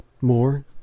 more